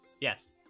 Yes